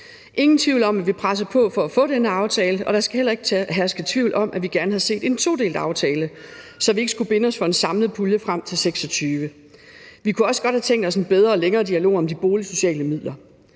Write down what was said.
Ingen tvivl om, at vi pressede på for at få den aftale, og der skal heller ikke herske tvivl om, at vi gerne havde set en todelt aftale, så vi ikke skulle binde os for en samlet pulje frem til 2026. Vi kunne også godt have tænkt os en bedre og en længere dialog om de boligsociale midler.